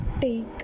take